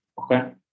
okay